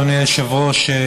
אדוני היושב-ראש.